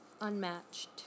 Unmatched